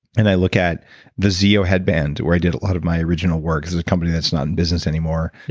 and i look at the zeo headband where i did a lot of my original work, this is a company that's not in business anymore.